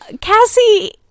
Cassie